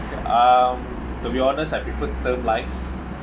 um to be honest I preferred term life